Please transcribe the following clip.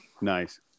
Nice